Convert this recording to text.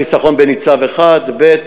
חיסכון בניצב אחד, ב.